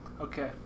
Okay